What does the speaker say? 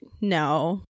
No